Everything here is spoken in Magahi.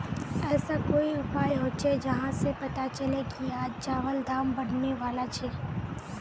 ऐसा कोई उपाय होचे जहा से पता चले की आज चावल दाम बढ़ने बला छे?